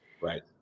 Right